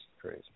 crazy